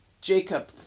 Jacob